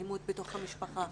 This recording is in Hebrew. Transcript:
אלימות בתוך המשפחה.